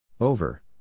Over